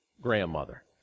grandmother